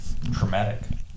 traumatic